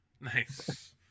nice